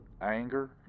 anger